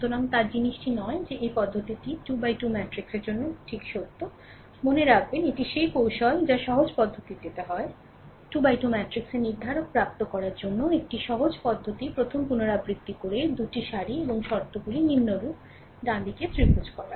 সুতরাং তার জিনিসটি নয় যে এই পদ্ধতিটি 2 X 2 ম্যাট্রিক্সের জন্য ঠিক সত্য মনে রাখবেন এটি সেই কৌশলটি যা সহজ পদ্ধতিটি হয় 2 X 2 ম্যাট্রিক্সের নির্ধারক প্রাপ্ত করার জন্য একটি সহজ পদ্ধতি প্রথমটি পুনরাবৃত্তি করে 2 টি সারি এবং শর্তগুলি নিম্নরূপে ডানদিকে ত্রিভুজ করা